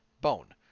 bone